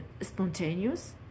spontaneous